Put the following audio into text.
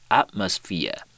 atmosphere